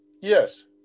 Yes